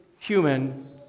Human